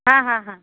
हाँ हाँ हाँ